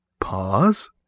pause